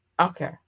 Okay